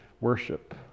worship